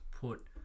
put